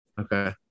okay